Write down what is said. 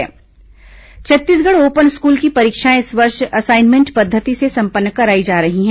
open school परीक्षा Chhattisgarh open school की परीक्षाएं इस वर्ष असाइनमेंट पद्धति से संपन्न कराई जा रही है